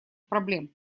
проблем